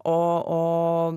o o